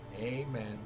Amen